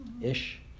ish